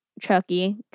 Chucky